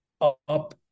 up